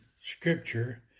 scripture